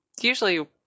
usually